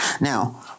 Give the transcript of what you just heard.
Now